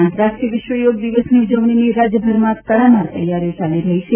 આંતરરાષ્ટ્રીય વિશ્વ યોગ દિવસની ઉજવણીની રાજ્યભરમાં તડામાર તૈયારીઓ ચાલી રહી છે